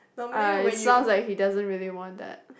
uh it sounds like he doesn't really want that